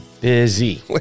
busy